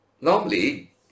normally